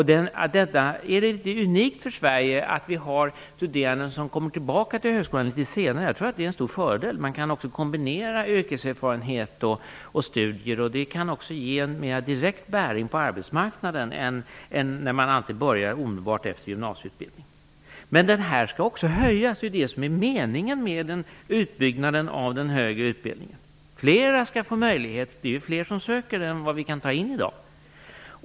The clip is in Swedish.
Är det inte unikt för Sverige att vi har studerande som kommer tillbaka till högskolan litet senare? Jag tror att det är en stor fördel. Man kan också kombinera yrkeserfarenhet och studier, och det kan ge en mer direkt bäring på arbetsmarknaden än när man alltid börjar omedelbart efter gymnasieutbildningen. Men det skall också bli en höjning. Det är det som är meningen med utbyggnaden av den högre utbildning. Fler skall få möjligheten - det är ju fler som söker i dag än vad vi kan ta in.